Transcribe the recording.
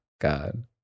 God